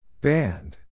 Band